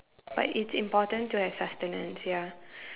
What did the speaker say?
but it's important to have sustenance ya